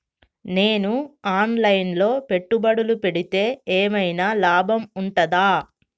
నేను online లో పెట్టుబడులు పెడితే ఏమైనా లాభం ఉంటదా?